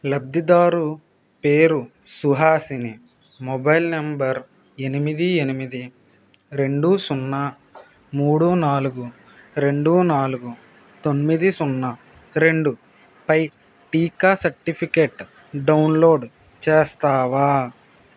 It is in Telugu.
లబ్ధిదారుని పేరు సుహాసిని మొబైల్ నంబర్ ఎనిమిది ఎనిమిది రెండు సున్నా మూడు నాలుగు రెండు నాలుగు తొమ్మిది సున్న రెండు పై టీకా సర్టిఫికేట్ డౌన్లోడ్ చేస్తావా